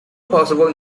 possible